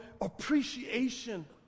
appreciation